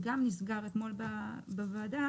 שגם נסגר אתמול בוועדה,